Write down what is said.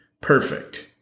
perfect